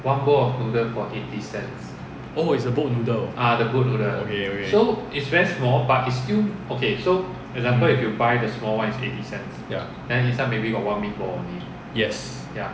oh is the boat noodle okay okay ya yes